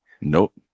Nope